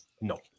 No